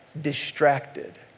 distracted